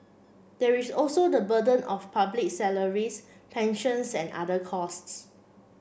there is also the burden of public salaries pensions and other costs